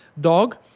dog